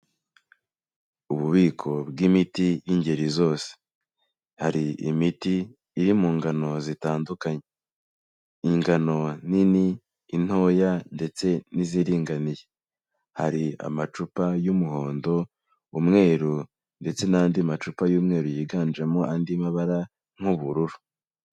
Ububiko bw'imiti y'ingeri zose. Hari imiti iri mu ngano zitandukanye. Ingano nini, intoya ndetse n'iziringaniye. Hari amacupa y'umuhondo, umweru ndetse n'andi macupa y'umweru yiganjemo andi mabara nk'ubururu.